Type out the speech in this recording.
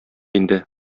инде